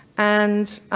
and